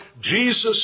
Jesus